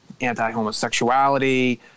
anti-homosexuality